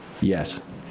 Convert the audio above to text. Yes